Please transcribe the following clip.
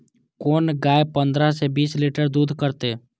कोन गाय पंद्रह से बीस लीटर दूध करते?